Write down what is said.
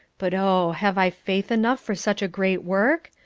but oh, have i faith enough for such a great work?